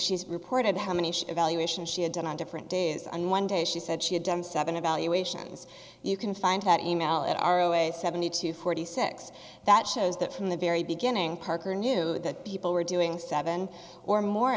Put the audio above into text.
she's reported how many evaluations she had done on different days on one day she said she had done seven evaluations you can find out e mail at our seventy two forty six that shows that from the very beginning parker knew that people were doing seven or more